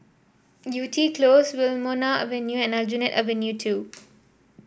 Yew Tee Close Wilmonar Avenue and Aljunied Avenue Two